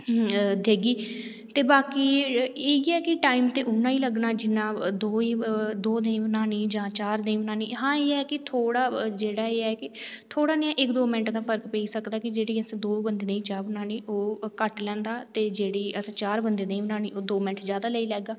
देगी ते बाकी इयै केह् टाइम ते उन्ना गै लग्गना जिन्ना दो लेई बनानी जां चार लेई बनानी हां एह् है कि थोह्ड़ाह् जेहड़ा एह् है कि थोड़ा जेहा इक दो मिन्ट दा फर्क पेई सकदा जेहड़ी असें दौ बंदे लेई चाह् बनानी ओह् घट्ट लेंदा ते जेह्ड़ी आसें चार बंदे लेई बनानी ओह् चार मिन्ट ज्यादा लेई लैगा